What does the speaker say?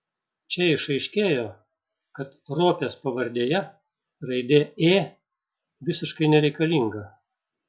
čia išaiškėjo kad ropės pavardėje raidė ė visiškai nereikalinga